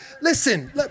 listen